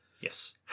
Yes